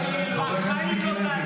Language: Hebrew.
חבר הכנסת מיקי לוי,